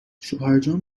شوهرجان